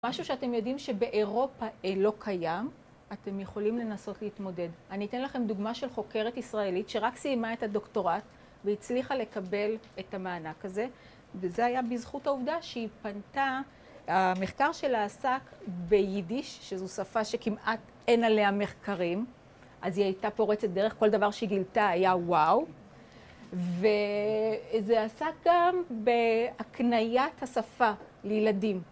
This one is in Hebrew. משהו שאתם יודעים שבאירופה לא קיים, אתם יכולים לנסות להתמודד. אני אתן לכם דוגמה של חוקרת ישראלית שרק סיימה את הדוקטורט והצליחה לקבל את המענק הזה, וזה היה בזכות העובדה שהיא פנתה... המחקר שלה עסק ביידיש, שזו שפה שכמעט אין עליה מחקרים, אז היא הייתה פורצת דרך, כל דבר שהיא גילתה היה וואו. וזה עסק גם בהקניית השפה לילדים.